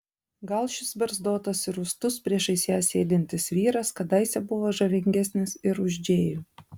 gal šis barzdotas ir rūstus priešais ją sėdintis vyras kadaise buvo žavingesnis ir už džėjų